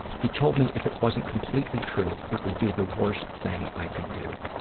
he told me if it wasn't completely true, it would be the worst thing i could do.